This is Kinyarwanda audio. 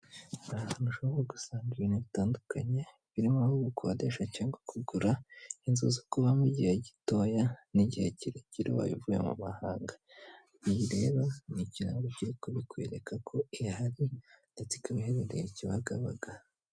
Ahantu ushobora gusanga ibintu bitandukanye, birimo aho gukodesha cyangwa kugura, inzu zo kubamo igihe gitoya, n'igihe kirekire ubaye uvuye mu mahanga, iyi rero ni ikirango kiri kubikwereka ko ihari, ndetse ikaba iherereye Kibagabaga.